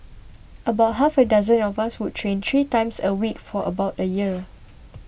about half a dozen of us would train three times a week for about a year